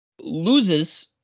Loses